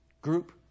group